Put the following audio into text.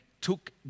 took